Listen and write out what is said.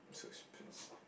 so expensive